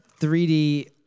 3D